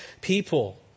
people